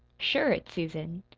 sure it's susan.